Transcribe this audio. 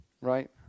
right